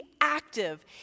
active